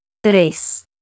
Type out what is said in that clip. Tres